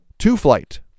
Two-Flight